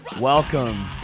Welcome